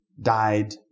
died